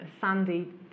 sandy